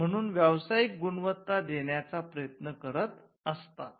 म्हणून व्यावसायिक गुणवत्ता देण्याचा प्रयत्न करत असतात